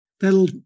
That'll